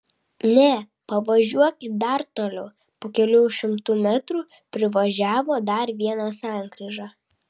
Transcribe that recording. ne pavažiuok dar toliau po kelių šimtų metrų privažiavo dar vieną sankryžą